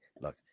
look